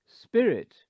Spirit